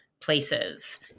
places